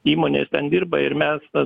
įmonės ten dirba ir mes na